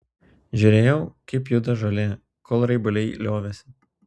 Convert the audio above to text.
žiūrėjau kaip juda žolė kol raibuliai liovėsi